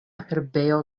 herbejo